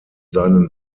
seinen